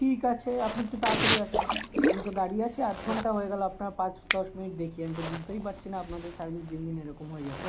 ঠিক আছে আপনি একটু তাড়াতাড়ি আসুন আমি তো দাঁড়িয়ে আছি আধ ঘন্টা হয়ে গেলো আপনার পাঁচ দশ মিনিট দেখি আমি তো বুঝতেই পারছি না আপনাদের সার্ভিস দিন দিন এরকম হয়ে যাচ্ছে